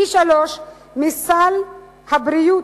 פי-שלושה מסל הבריאות,